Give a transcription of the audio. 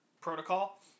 protocol